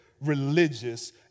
religious